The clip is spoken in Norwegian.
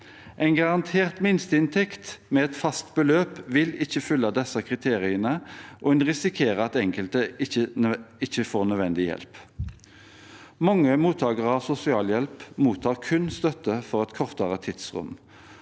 En garantert minsteinntekt, med et fast beløp, vil ikke fylle disse kriteriene, og en risikerer at enkelte ikke får nødvendig hjelp. Mange mottakere av sosialhjelp mottar kun støtte for et kortere tidsrom,